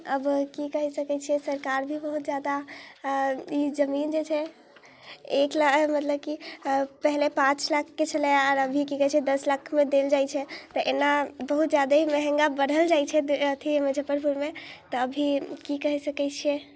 अब की कहि सकै छियै सरकार भी बहुत जादा अऽ ई जमीन जे छै एक ला मतलब कि पहिले पाँच लाखके छलै आओर अभी कि कहै छै दस लाखमे देल जाइ छै तऽ एना बहुत जादे मँहगा बढ़ल जाइ छै अथी मजफ्फरपुरमे तऽ अभी की कहि सकै छियै